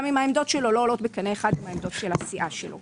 גם אם העמדות שלו לא עולות בקנה אחד עם העמדות של הסיעה שלו.